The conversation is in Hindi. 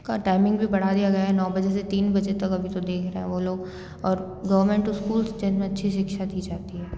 का टाइमिंग भी बढ़ा दिया है गया है नौ बजे से तीन बजे तक अभी तो देख रहे हैं वो लोग और गवर्नमेंट स्कूल्स जिनमें अच्छी शिक्षा दी जाती है